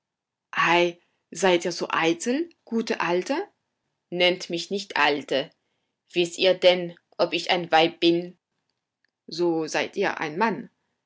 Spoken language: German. seid ihr so eitel gute alte nennt mich nicht alte wißt ihr denn ob ich ein weib bin so seid ihr ein mann